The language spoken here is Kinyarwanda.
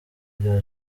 bya